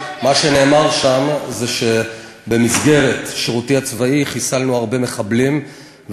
מה שנאמר שם זה שבמסגרת שירותי הצבאי חיסלנו הרבה מחבלים,